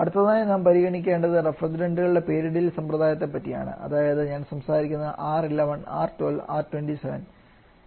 അടുത്തതായി നാം പരിഗണിക്കേണ്ടത് റഫ്രിജറന്റുകളുടെ പേരിടൽ സമ്പ്രദായത്തെ പറ്റിയാണ് അതായത് ഞാൻ സംസാരിക്കുന്നത് R 11 R 12 R 27